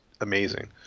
amazing